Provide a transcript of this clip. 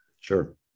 Sure